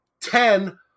Ten